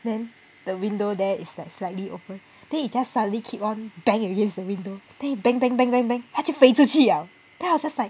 then the window there is like slightly open then it just suddenly keep on banging against the window then bang bang bang bang bang 它就飞出去了 then I was just like